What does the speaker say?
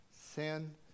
sin